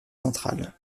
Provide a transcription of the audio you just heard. centrale